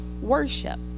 worship